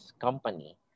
company